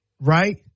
Right